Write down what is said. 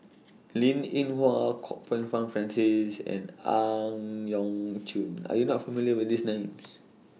Linn in Hua Kwok Peng Kin Francis and Ang Yau Choon Are YOU not familiar with These Names